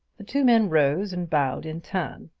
the two men rose and bowed in turn.